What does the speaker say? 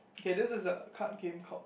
okay this is a card game called